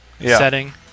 setting